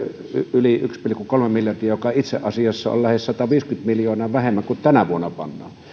yli yksi pilkku kolme miljardia mikä itse asiassa on lähes sataviisikymmentä miljoonaa vähemmän kuin mitä tänä vuonna pannaan